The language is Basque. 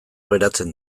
geratzen